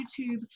YouTube